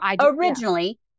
Originally